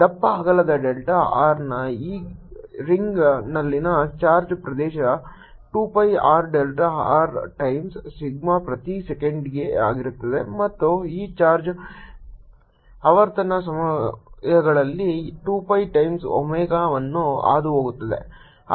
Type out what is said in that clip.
ದಪ್ಪ ಅಗಲದ delta r ನ ಈ ರಿಂಗ್ನಲ್ಲಿನ ಚಾರ್ಜ್ ಪ್ರದೇಶ 2 pi r delta r times sigma ಪ್ರತಿ ಸೆಕೆಂಡಿಗೆ ಆಗಿರುತ್ತದೆ ಮತ್ತು ಈ ಚಾರ್ಜ್ ಆವರ್ತನ ಸಮಯಗಳಲ್ಲಿ 2 pi ಟೈಮ್ಸ್ ಒಮೆಗಾವನ್ನು ಹಾದುಹೋಗುತ್ತದೆ